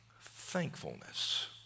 thankfulness